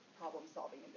problem-solving